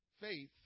Faith